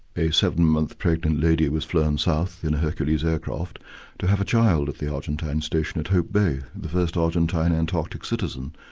a seven month pregnant lady was flown south in a hercules aircraft to have a child at the argentine station at hope bay, the first argentina antarctic citizen.